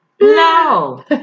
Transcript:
No